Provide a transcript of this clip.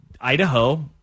Idaho